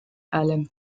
allen